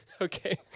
Okay